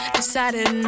decided